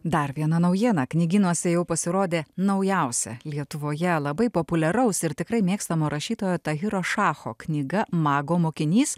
dar viena naujiena knygynuose jau pasirodė naujausia lietuvoje labai populiaraus ir tikrai mėgstamo rašytojo tahiro šacho knyga mago mokinys